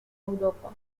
europa